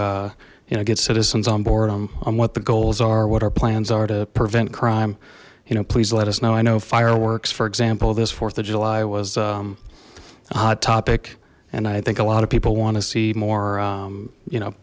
to you know get citizens on board on what the goals are what our plans are to prevent crime you know please let us know i know fireworks for example this fourth of july was a hot topic and i think a lot of people want to see more you know